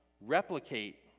replicate